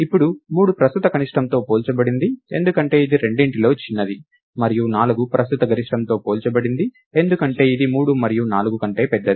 ఇప్పుడు 3 ప్రస్తుత కనిష్టంతో పోల్చబడింది ఎందుకంటే ఇది రెండింటిలో చిన్నది మరియు 4 ప్రస్తుత గరిష్టంతో పోల్చబడింది ఎందుకంటే ఇది 3 మరియు 4 కంటే పెద్దది